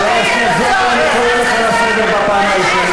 חבר הכנסת זוהר, אני קורא לך לסדר בפעם הראשונה.